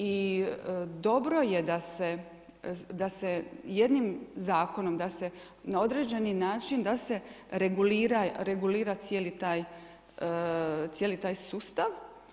I dobro je da se jednim zakonom, da se na određeni način da se regulira cijeli taj sustav.